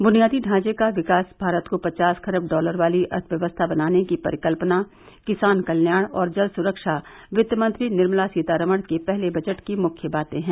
बुनियादी ढांचे का विकास भारत को पचास खरब डालर वाली अर्थव्यवस्था बनाने की परिकल्पना किसान कल्याण और जल सुरक्षा वित्तमंत्री निर्मला सीतारमण के पहले बजट की मुख्य बातें हैं